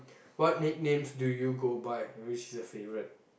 what nicknames do you go by and which is your favourite